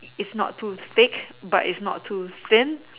it it's not too thick but it's not too thin